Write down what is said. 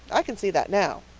i can see that now.